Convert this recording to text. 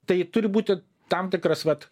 tai turi būti tam tikras vat